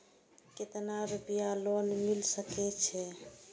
केतना रूपया लोन मिल सके छै?